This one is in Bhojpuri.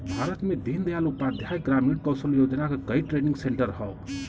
भारत में दीन दयाल उपाध्याय ग्रामीण कौशल योजना क कई ट्रेनिंग सेन्टर हौ